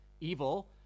evil